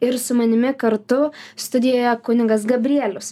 ir su manimi kartu studijoje kunigas gabrielius